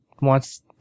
wants